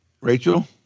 Rachel